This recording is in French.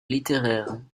littéraire